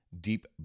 Deep